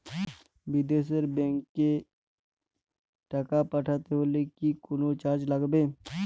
বিদেশের ব্যাংক এ টাকা পাঠাতে হলে কি কোনো চার্জ লাগবে?